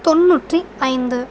தொண்ணூற்றி ஐந்து